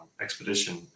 expedition